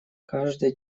каждый